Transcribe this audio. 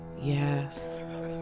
Yes